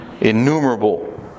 innumerable